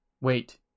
wait